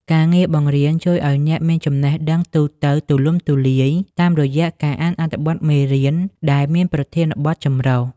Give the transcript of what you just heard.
ការងារបង្រៀនជួយឱ្យអ្នកមានចំណេះដឹងទូទៅទូលំទូលាយ តាមរយៈការអានអត្ថបទមេរៀនដែលមានប្រធានបទចម្រុះ។